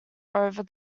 over